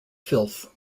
filth